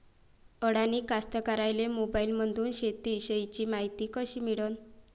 अडानी कास्तकाराइले मोबाईलमंदून शेती इषयीची मायती कशी मिळन?